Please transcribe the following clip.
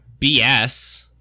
BS